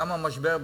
גם המשבר ב"הדסה"